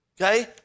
okay